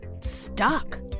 stuck